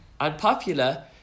unpopular